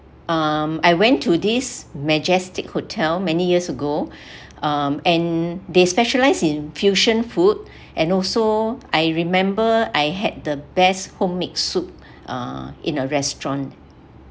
um I went to this majestic hotel many years ago um and they specialize in fusion food and also I remember I had the best homemade soup uh in a restaurant